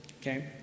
Okay